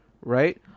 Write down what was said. Right